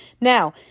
Now